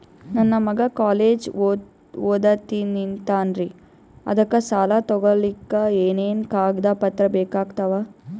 ನನ್ನ ಮಗ ಕಾಲೇಜ್ ಓದತಿನಿಂತಾನ್ರಿ ಅದಕ ಸಾಲಾ ತೊಗೊಲಿಕ ಎನೆನ ಕಾಗದ ಪತ್ರ ಬೇಕಾಗ್ತಾವು?